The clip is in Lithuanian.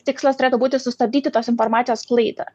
tikslas turėtų būti sustabdyti tos informacijos sklaidą